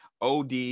OD